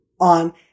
on